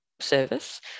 service